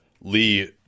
lee